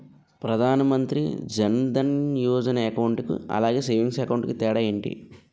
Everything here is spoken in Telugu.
ప్రధాన్ మంత్రి జన్ దన్ యోజన అకౌంట్ కి అలాగే సేవింగ్స్ అకౌంట్ కి తేడా ఏంటి?